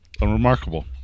Unremarkable